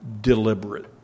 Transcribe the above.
deliberate